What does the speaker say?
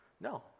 No